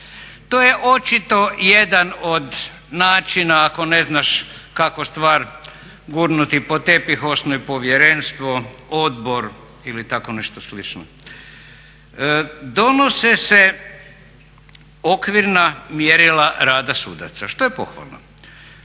To je očito jedan od načina ako ne znaš kako stvar gurnuti pod tepih, osnuj povjerenstvo, odbor ili tako nešto slično. Donose se okvirna mjerila rada sudaca što je pohvalno.